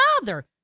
father